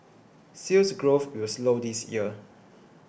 Sales Growth will slow this year